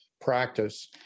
practice